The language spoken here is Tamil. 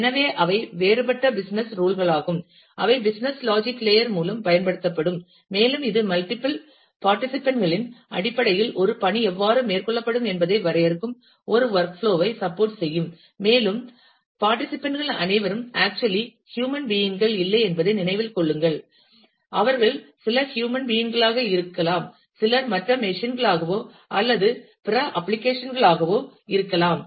எனவே அவை வேறுபட்ட பிசினஸ் றூல் களாகும் அவை பிசினஸ் லாஜிக் லேயர் மூலம் பயன்படுத்தப்படும் மேலும் இது மல்டிபிள் பாட்ர்டிசிட்பண்ட் களின் அடிப்படையில் ஒரு பணி எவ்வாறு மேற்கொள்ளப்படும் என்பதை வரையறுக்கும் ஒரு வொர்க் புளோஐ சப்போர்ட் செய்யும் மேலும் பாட்ர்டிசிட்பண்ட் கள் அனைவரும் ஆக்சுவலி ஹ்யூமன் பீயிங் கள் இல்லை என்பதை நினைவில் கொள்ளுங்கள் அவர்கள் சிலர் ஹ்யூமன் பீயிங் களாக இருக்கலாம் சிலர் மற்ற மெஷின் களாகவோ அல்லது பிற அப்ளிகேஷன் களாகவோ இருக்கலாம்